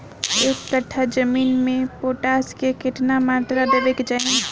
एक कट्ठा जमीन में पोटास के केतना मात्रा देवे के चाही?